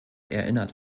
erinnert